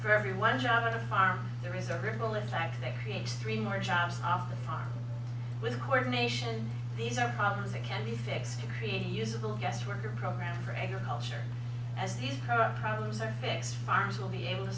for every one job on a farm there's a ripple effect that creates three more jobs off the farm with coordination these are problems that can be fixed to create a useable guestworker program for agriculture as these problems are fixed farms will be able to